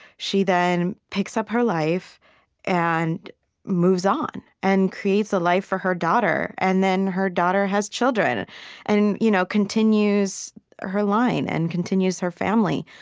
she then picks up her life and moves on and creates a life for her daughter. and then her daughter has children and you know continues her line and continues her family,